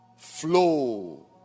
flow